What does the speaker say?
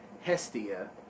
Hestia